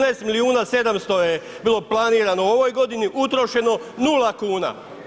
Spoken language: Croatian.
14 milijuna 700 je bilo planirano u ovoj godini, utrošeno nula kuna.